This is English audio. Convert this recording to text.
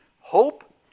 hope